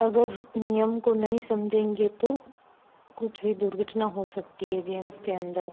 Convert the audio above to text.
अगर नियम को नहीं समझेंगे तो कुछ भी दुर्घटना हो सकती है गेम्स के अन्दर